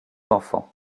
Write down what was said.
enfants